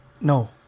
No